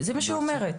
זה מה שהיא אומרת,